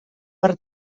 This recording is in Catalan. per